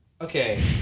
Okay